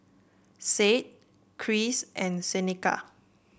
Sade Cris and Seneca